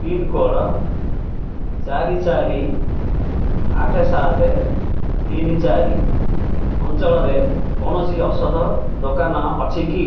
pincode ଚାରି ଚାରି ଆଠ ସାତ ତିନି ଚାରି ଅଞ୍ଚଳରେ କୌଣସି ଔଷଧ ଦୋକାନ ଅଛି କି